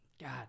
God